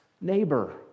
neighbor